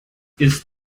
ist